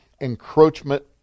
encroachment